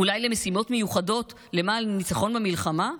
אולי למשימות מיוחדות למען ניצחון במלחמה?